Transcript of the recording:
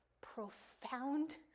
profound